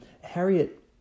Harriet